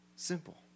Simple